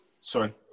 Sorry